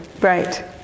Right